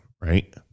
Right